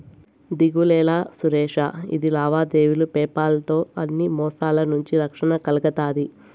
దిగులేలా సురేషా, ఇది లావాదేవీలు పేపాల్ తో అన్ని మోసాల నుంచి రక్షణ కల్గతాది